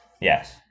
Yes